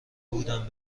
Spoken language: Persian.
بودم